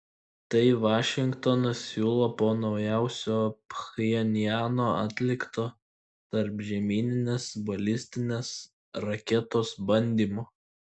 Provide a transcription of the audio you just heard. tai vašingtonas siūlo po naujausio pchenjano atlikto tarpžemyninės balistinės raketos bandymo